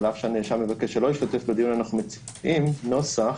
על אף שהנאשם מבקש שלא ישתתף בדיון - אנו מציעים נוסח